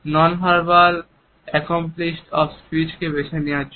non verbal accompaniments of speech কে বেছে নেওয়ার জন্য